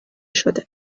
شده